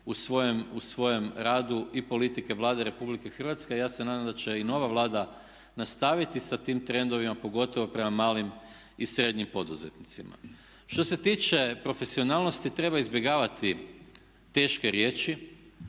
u svojem radu i politike Vlade Republike Hrvatske a ja se nadam da će i nova Vlada nastaviti sa tim trendovima pogotovo prema malim i srednjim poduzetnicima. Što se tiče profesionalnosti treba izbjegavati teške riječi,